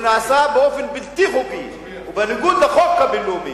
נעשה באופן בלתי חוקי ובניגוד לחוק הבין-לאומי,